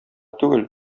түгел